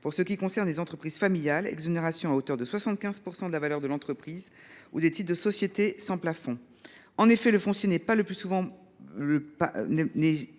pour ce qui concerne les entreprises familiales : exonération à hauteur de 75 % de la valeur de l’entreprise ou des titres de société et sans plafond. En effet, le plus souvent,